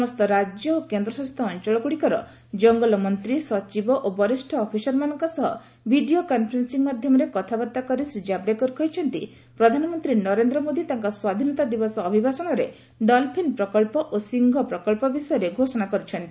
ସମସ୍ତ ରାଜ୍ୟ ଓ କେନ୍ଦ୍ରଶାସିତ ଅଞ୍ଚଳଗୁଡ଼ିକର ଜଙ୍ଗଲ ମନ୍ତ୍ରୀ ସଚିବ ଓ ବରିଷ୍ଣ ଅଫିସରମାନଙ୍କ ସହ ଭିଡ଼ିଓ କନ୍ଫରେନ୍ସିଂ ମାଧ୍ୟମରେ କଥାବାର୍ତ୍ତା କରି ଶ୍ରୀ ଜାବ୍ଡେକର କହିଛନ୍ତି ପ୍ରଧାନମନ୍ତ୍ରୀ ନରେନ୍ଦ୍ର ମୋଦି ତାଙ୍କ ସ୍ୱାଧୀନତା ଦିବସ ଅଭିଭାଷଣରେ ଡଲ୍ଫିନ୍ ପ୍ରକଳ୍ପ ଓ ସିଂହ ପ୍ରକଳ୍ପ ବିଷୟରେ ଘୋଷଣା କରିଛନ୍ତି